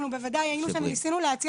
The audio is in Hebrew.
אנחנו בוודאי היינו שם וניסינו להציע